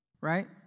right